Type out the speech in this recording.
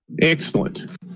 Excellent